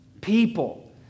people